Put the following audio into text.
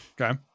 Okay